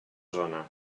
zona